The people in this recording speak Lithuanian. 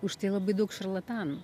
už tai labai daug šarlatanų